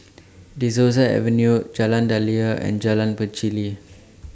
De Souza Avenue Jalan Daliah and Jalan Pacheli